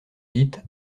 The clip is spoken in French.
dites